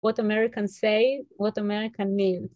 What American say, What American mean